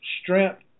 strength